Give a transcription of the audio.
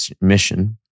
mission